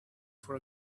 for